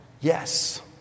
Yes